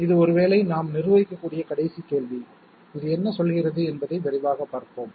இது ஒருவேளை நாம் நிர்வகிக்கக்கூடிய கடைசி கேள்வி இது என்ன சொல்கிறது என்பதை விரைவாகப் பார்ப்போம்